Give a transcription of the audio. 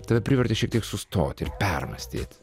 tave privertė šiek tiek sustoti ir permąstyt